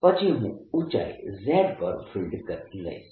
પછી હું ઊચાઈ Z પર ફિલ્ડ લઈશ